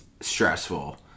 stressful